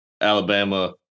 Alabama